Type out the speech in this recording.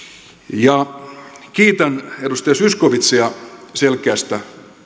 kiitän edustaja zyskowicziä selkeästä